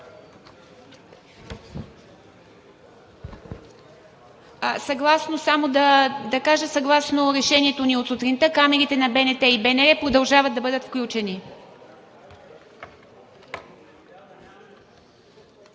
съгласно решението от сутринта камерите на БНТ и БНР продължават да бъдат включени.